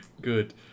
Good